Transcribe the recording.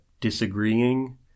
disagreeing